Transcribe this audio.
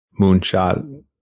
Moonshot